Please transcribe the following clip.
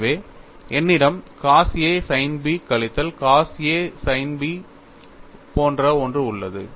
எனவே என்னிடம் cos a sin b கழித்தல் cos a sin b போன்ற ஒன்று உள்ளது